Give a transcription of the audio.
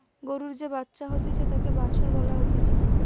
গরুর যে বাচ্চা হতিছে তাকে বাছুর বলা হতিছে